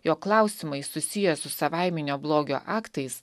jog klausimai susiję su savaiminio blogio aktais